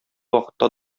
вакытта